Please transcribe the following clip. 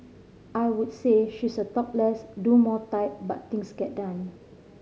I would say she's a talk less do more type but things get done